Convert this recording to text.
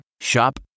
Shop